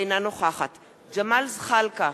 אינה נוכחת ג'מאל זחאלקה,